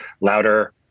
louder